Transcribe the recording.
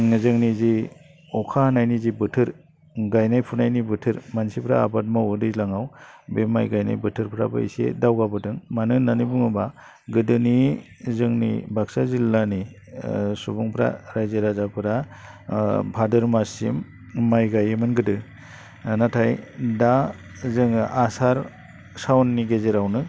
जोंनि जि अखा हानायनि जे बोथोर गायनाय फुनायनि बोथोर मानसिफ्रा आबाद मावो दैज्लाङाव बे माइ गायनाय बोथोरफ्राबो एसे दावगाबोदों मानो होननानै बुङोब्ला गोदोनि जोंनि बाक्सा जिल्लानि सुबुंफ्रा राज्यो राजाफोरा भाद्र माससिम माइ गायोमोन गोदो नाथाय दा जोङो आसार सावननि गेजेरावनो